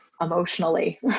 emotionally